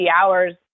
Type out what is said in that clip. hours